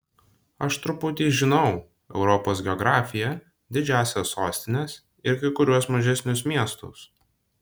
aš truputį žinau europos geografiją didžiąsias sostines ir kai kuriuos mažesnius miestus